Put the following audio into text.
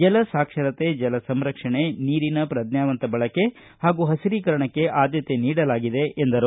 ಜಲ ಸಾಕ್ಷರತೆ ಜಲ ಸಂರಕ್ಷಣೆ ನೀರಿನ ಪ್ರಜ್ನಾವಂತ ಬಳಕೆ ಹಾಗೂ ಪಸಿರೀಕರಣಕ್ಕೆ ಆದ್ಯತೆ ನೀಡಲಾಗಿದೆ ಎಂದರು